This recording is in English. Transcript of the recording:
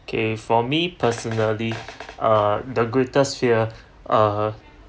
okay for me personally err the greatest fear err